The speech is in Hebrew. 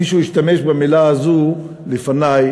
מישהו השתמש במילה הזו לפני.